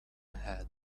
had